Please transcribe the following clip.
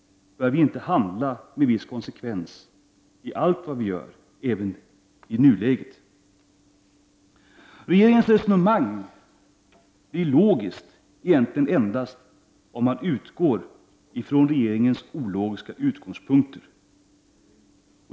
Bör vi inte handla med viss konsekvens i allt vad vi gör även i nuläget? Regeringens resonemang är egentligen logiskt endast om man utgår ifrån regeringens ologiska utgångspunkt.